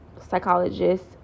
psychologist